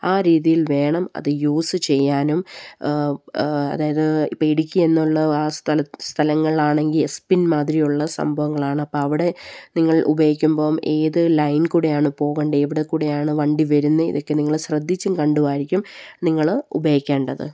ആ രീതിയിൽ വേണം അത് യൂസ് ചെയ്യാനും അതായത് പേടിക്കുക എന്നുള്ള ആ സ്ഥലം സ്ഥലങ്ങളിലാണെങ്കിൽ എസ് പിൻ മാതിരിയുള്ള സംഭവങ്ങളാണ് അപ്പം അവിടെ നിങ്ങൾ ഉപയോഗിക്കുമ്പോൾ ഏത് ലൈൻ കൂടെയാണ് പോകേണ്ടത് എവിടെ കൂടെയാണ് വണ്ടി വരുന്നത് ഇതൊക്കെ നിങ്ങൾ ശ്രദ്ധിച്ചും കണ്ടുമായിരിക്കും നിങ്ങൾ ഉപയോഗിക്കേണ്ടത്